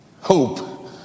Hope